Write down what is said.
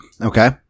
Okay